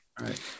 Right